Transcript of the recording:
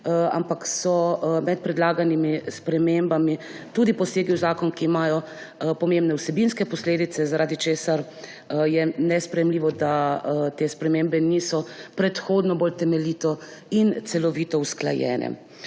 vendar so med predlaganimi spremembami tudi posegi v zakon, ki imajo pomembne vsebinske posledice, zaradi česar je nesprejemljivo, da te spremembe niso predhodno bolj temeljito in celovito usklajene.